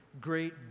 great